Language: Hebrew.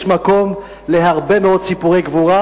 יש מקום להרבה מאוד סיפורי גבורה,